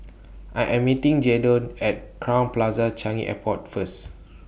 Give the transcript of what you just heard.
I Am meeting Jadon At Crowne Plaza Changi Airport First